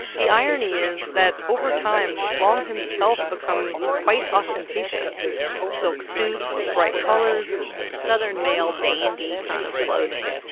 the irony is that, over time, long himself becomes quite ostentatious silk suits, bright colors. southern male dandy kind of clothing.